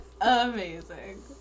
Amazing